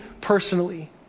personally